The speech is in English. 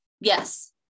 yes